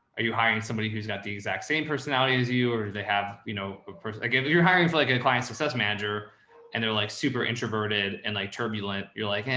are you hiring somebody who's got the exact same personality as you? or did they have, you know, a person that and you're hiring for like a client success manager and they're like super introverted and like turbulent you're like, and